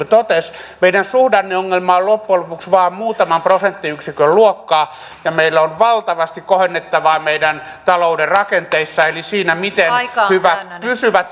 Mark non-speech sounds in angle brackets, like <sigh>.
<unintelligible> totesi meidän suhdanneongelma on loppujen lopuksi vain muutaman prosenttiyksikön luokkaa ja meillä on valtavasti kohennettavaa meidän talouden rakenteissa eli siinä miten hyvän pysyvän <unintelligible>